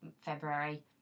February